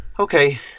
Okay